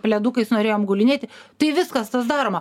pledukais norėjom gulinėti tai viskas tas daroma